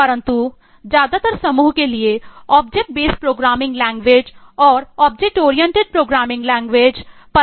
परंतु ज्यादातर समूह के लिए ऑब्जेक्ट बेस्ड प्रोग्रामिंग लैंग्वेज परम बन गए हैं